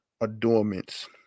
adornments